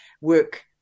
work